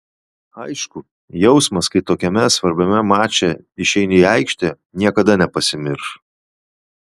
aišku jausmas kai tokiame svarbiame mače išeini į aikštę niekada nepasimirš